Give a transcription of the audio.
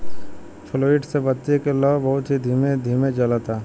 fluid से बत्ती के लौं बहुत ही धीमे धीमे जलता